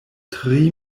tri